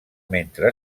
mentre